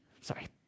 sorry